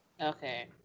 Okay